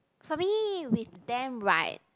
for me with them right